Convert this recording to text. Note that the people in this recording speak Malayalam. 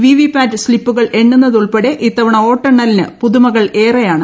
വി വി പാറ്റ് സ്ലിപ്പുകൾ എണ്ണുന്നത് ഉൾപ്പെടെ ഇത്തവണ വോട്ടെണ്ണലിന് പുതുമകൾ ഏറെയാണ്